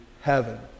heaven